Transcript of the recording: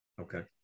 Okay